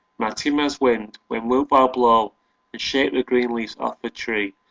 marti'mas wind, when wilt thou blaw, and shake the green leaves aff the tree?